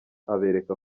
abereka